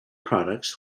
products